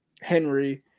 Henry